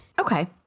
Okay